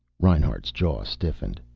reinhart's jaw stiffened.